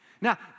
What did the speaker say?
Now